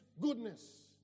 goodness